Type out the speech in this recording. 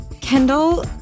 Kendall